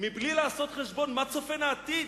בלי שנעשה חשבון מה צופן העתיד,